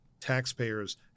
taxpayers